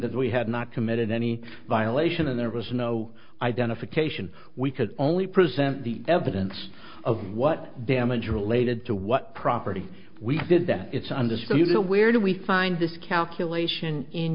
that we had not committed any violation and there was no identification we could only present the evidence of what damage related to what property we did that it's undisputed where do we find this calculation in